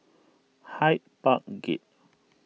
Hyde Park Gate